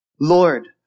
Lord